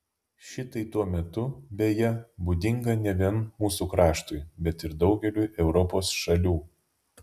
šitai tuo metu beje būdinga ne vien mūsų kraštui bet ir daugeliui europos šalių